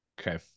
Okay